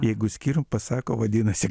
jeigu skyrium pasako vadinasi